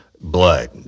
Blood